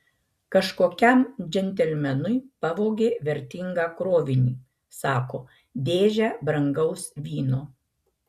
kažkokiam džentelmenui pavogė vertingą krovinį sako dėžę brangaus vyno